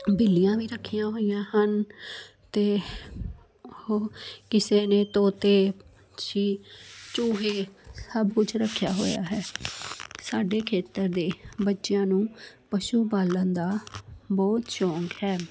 ਬਿੱਲੀਆਂ ਵੀ ਰੱਖੀਆਂ ਹੋਈਆਂ ਹਨ ਅਤੇ ਉਹ ਕਿਸੇ ਨੇ ਤੋਤੇ ਛੀ ਚੂਹੇ ਸਭ ਕੁਛ ਰੱਖਿਆ ਹੋਇਆ ਹੈ ਸਾਡੇ ਖੇਤਰ ਦੇ ਬੱਚਿਆਂ ਨੂੰ ਪਸ਼ੂ ਪਾਲਣ ਦਾ ਬਹੁਤ ਸ਼ੌਂਕ ਹੈ